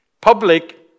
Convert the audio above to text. public